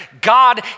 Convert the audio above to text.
God